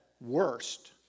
worst